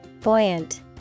Buoyant